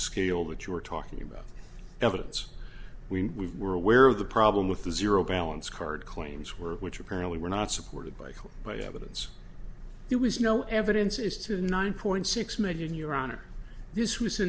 scale that you were talking about evidence we were aware of the problem with the zero balance card claims were which apparently were not supported by court but evidence there was no evidence is to nine point six million your honor this was a